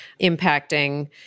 impacting